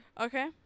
Okay